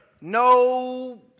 no